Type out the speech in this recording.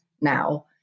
now